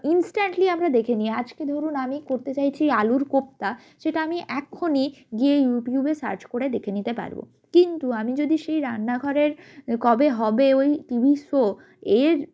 instantly আমরা দেখে নিই আজকে ধরুন আমি করতে চাইছি আলুর কোপ্তা সেটা আমি এক্ষনি গিয়ে ইউটিউবে সার্চ করে দেখে নিতে পারবো কিন্তু আমি যদি সেই রান্নাঘরের কবে হবে ওই টিভি শো এর